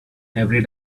every